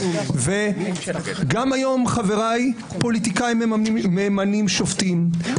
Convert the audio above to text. גם היום חבריי פוליטיקאים ממנים שופטים אלא